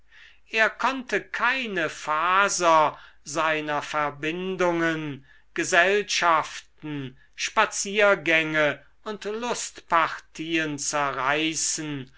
er konnte keine faser seiner verbindungen gesellschaften spaziergänge und lustpartien zerreißen